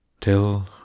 Till